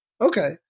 okay